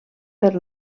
per